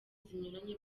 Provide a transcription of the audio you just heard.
zinyuranye